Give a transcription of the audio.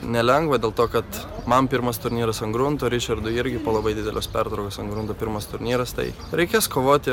nelengva dėl to kad man pirmas turnyras ant grunto ričardui irgi labai didelės pertraukos ant grunto pirmas turnyras tai reikės kovoti